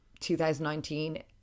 2019